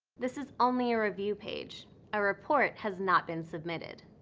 this is only a review page a report has not been submitted.